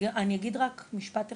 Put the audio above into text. אני אגיד רק משפט אחד,